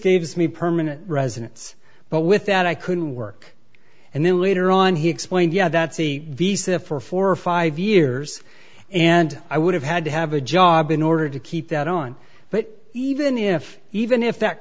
gives me permanent residence but with that i couldn't work and then later on he explained yeah that si visa for four or five years and i would have had to have a job in order to keep that on but even if even if that